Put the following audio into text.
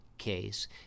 case